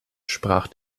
sprach